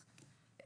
הכסף קיים,